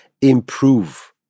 improve